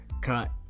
Cut